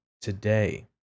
today